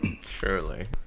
Surely